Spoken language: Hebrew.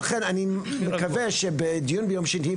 ולכן אני מקווה שבדיון ביום שני,